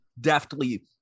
deftly